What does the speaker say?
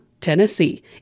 Tennessee